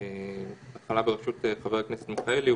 היא פעלה בראשות חבר הכנסת מיכאלי,